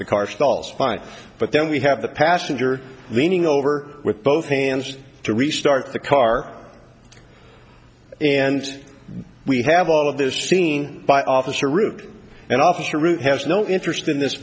the car stalls fine but then we have the passenger meaning over with both hands to restart the car and we have all of this seen by officer root and officer has no interest in this